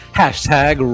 hashtag